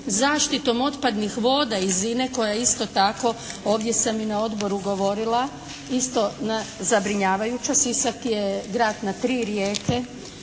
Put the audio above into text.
zaštitom otpadnih voda iz INA-e koja isto tako, ovdje sam i na Odboru govorila isto na, zabrinjavajuća. Sisak je grad na tri rijeke.